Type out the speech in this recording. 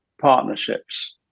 partnerships